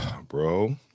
bro